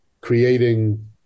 creating